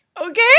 Okay